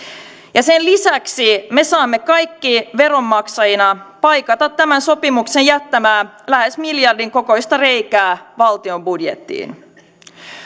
ja sen lisäksi me saamme kaikki veronmaksajina paikata tämän sopimuksen jättämää lähes miljardin kokoista reikää valtion budjettiin